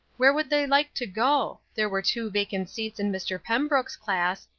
where would they like to go? there were two vacant seats in mr. pembrook's class,